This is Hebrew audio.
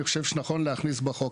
אני חושב שנכון להכניס לחוק,